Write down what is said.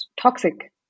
toxic